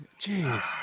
Jeez